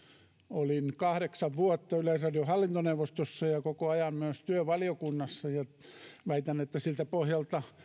olin kahdeksan vuotta yleisradion hallintoneuvostossa ja koko ajan myös työvaliokunnassa ja väitän että siltä pohjalta